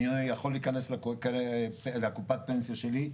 אני יכול להיכנס לקופת פנסיה שלי,